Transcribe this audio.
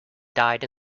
died